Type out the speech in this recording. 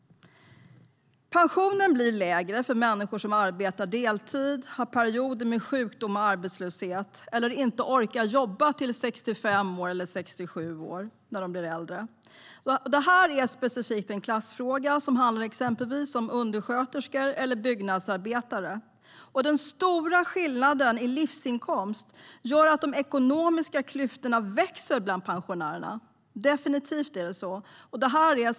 Pensionen blir lägre för människor som arbetar deltid, har perioder med sjukdom och arbetslöshet eller som när de blir äldre inte orkar jobba till 65 eller 67 år. Detta är specifikt en klassfråga. Det handlar exempelvis om undersköterskor eller byggnadsarbetare. Den stora skillnaden i livsinkomst gör att de ekonomiska klyftorna växer bland pensionärerna. Det är definitivt så.